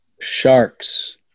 Sharks